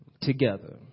together